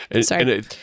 sorry